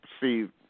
see